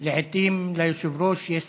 לעיתים ליושב-ראש יש סמכויות.